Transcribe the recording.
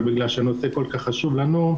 אבל בגלל שהנושא כל כך חשוב לנו,